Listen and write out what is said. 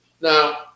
Now